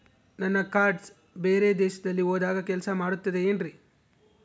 ನನ್ನ ಕಾರ್ಡ್ಸ್ ಬೇರೆ ದೇಶದಲ್ಲಿ ಹೋದಾಗ ಕೆಲಸ ಮಾಡುತ್ತದೆ ಏನ್ರಿ?